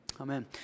Amen